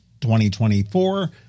2024